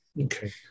Okay